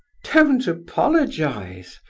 don't apologize,